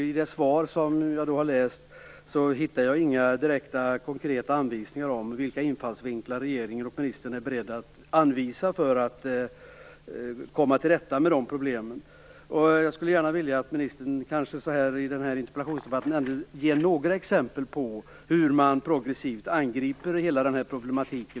I svaret som jag har läst hittar jag inga direkta, konkreta anvisningar i fråga om regeringens och ministerns infallsvinklar för att komma till rätta med dessa problem. Jag skulle gärna vilja att ministern i denna interpellationsdebatt gav några exempel på hur man progressivt angriper denna problematik.